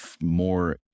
more